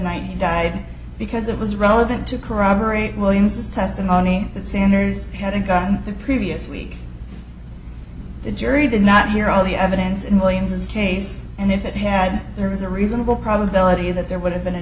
night he died because it was relevant to corroborate williams's testimony that sanders hadn't gotten the previous week the jury did not hear all the evidence in williams's case and if it had there was a reasonable probability that there would have been a